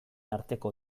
arteko